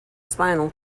spinal